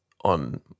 on